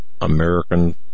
American